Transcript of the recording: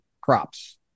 crops